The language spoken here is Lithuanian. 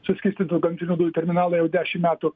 suskystintų gamtinių dujų terminalą jau dešim metų